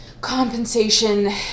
compensation